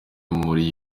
muri